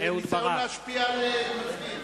זה ניסיון להשפיע על מצביעים.